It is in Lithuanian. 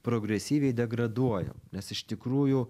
progresyviai degraduojam nes iš tikrųjų